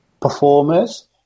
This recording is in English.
performers